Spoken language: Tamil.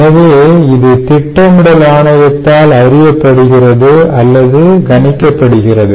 எனவே இது திட்டமிடல் ஆணையத்தால் அறியப்படுகிறது அல்லது கணிக்கப்படுகிறது